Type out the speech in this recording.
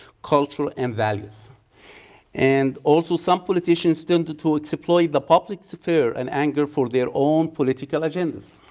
culture and values and also some politicians turned to to supply the public's fear and anger for their own political agendas.